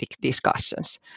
discussions